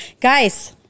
Guys